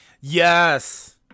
yes